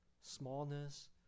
smallness